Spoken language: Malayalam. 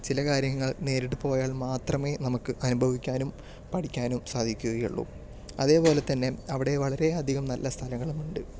ചില കാര്യങ്ങൾ നേരിട്ട് പോയാൽ മാത്രമേ നമുക്ക് അനുഭവിക്കാനും പഠിക്കാനും സാധിക്കുകയുള്ളൂ അതേപോലെ തന്നെ അവിടെ വളരെയധികം നല്ല സ്ഥലങ്ങളുമുണ്ട്